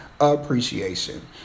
Appreciation